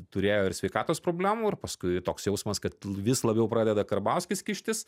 turėjo ir sveikatos problemų ir paskui toks jausmas kad vis labiau pradeda karbauskis kištis